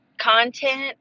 content